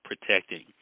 protecting